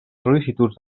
sol·licituds